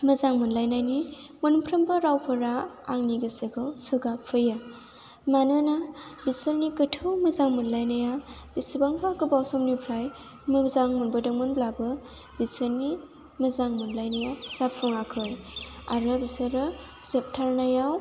मोजां मोनलायनायनि मोनफ्रोमबो रावफोरा आंनि गोसोखौ सोगाब होयो मानोना बिसोरनि गोथौ मोजां मोनलायनाया बिसिबांबा गोबाव समनिफ्राय मोजां मोनबोदोंमोनब्ला बिसोरनि मोजां मोनलायनाया जाफुङाखै आरो बिसोरो जोबथारनायाव